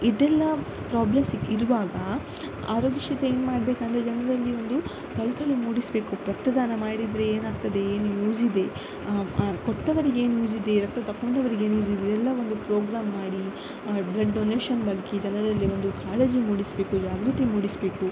ಇದೆಲ್ಲ ಪ್ರಾಬ್ಲಮ್ಸ್ ಇರುವಾಗ ಆರೋಗ್ಯ ಕ್ಷೇತ್ರ ಏನು ಮಾಡಬೇಕಂದ್ರೆ ಜನರಲ್ಲಿ ಒಂದು ಕಳಕಳಿ ಮೂಡಿಸಬೇಕು ರಕ್ತದಾನ ಮಾಡಿದರೆ ಏನಾಗ್ತದೆ ಏನು ಯೂಸ್ ಇದೆ ಕೊಟ್ಟವರಿಗೆ ಏನು ಯೂಸ್ ಇದೆ ರಕ್ತ ತಕ್ಕೊಂಡವರಿಗೆ ಏನು ಯೂಸ್ ಇದೆ ಎಲ್ಲ ಒಂದು ಪ್ರೋಗ್ರಾಮ್ ಮಾಡಿ ಬ್ಲಡ್ ಡೊನೇಷನ್ ಬಗ್ಗೆ ಜನರಲ್ಲಿ ಒಂದು ಕಾಳಜಿ ಮೂಡಿಸಬೇಕು ಜಾಗ್ರತೆ ಮೂಡಿಸಬೇಕು